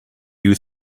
you